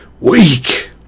weak